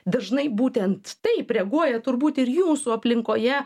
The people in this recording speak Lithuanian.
dažnai būtent taip reaguoja turbūt ir jūsų aplinkoje